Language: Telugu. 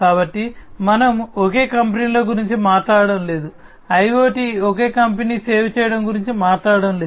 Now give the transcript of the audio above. కాబట్టి మనము ఒకే కంపెనీల గురించి మాట్లాడటం లేదు ఐయోటి ఒకే కంపెనీకి సేవ చేయడం గురించి మాట్లాడటం లేదు